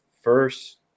first